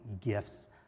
gifts